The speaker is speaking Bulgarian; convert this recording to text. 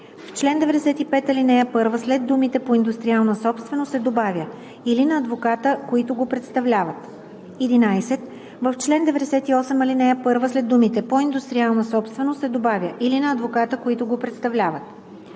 В чл. 95, ал. 1 след думите „по индустриална собственост“ се добавя „или на адвоката, които го представляват“. 11. В чл. 98, ал. 1 след думите „по индустриална собственост“ се добавя „или на адвоката, които го представляват“.